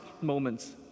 moments